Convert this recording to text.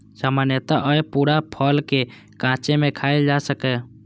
सामान्यतः अय पूरा फल कें कांचे मे खायल जा सकैए